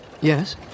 Yes